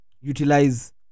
utilize